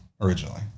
originally